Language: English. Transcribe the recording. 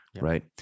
right